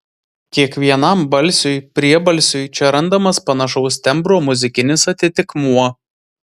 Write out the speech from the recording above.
kiekvienam balsiui priebalsiui čia randamas panašaus tembro muzikinis atitikmuo